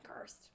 cursed